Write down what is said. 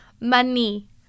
money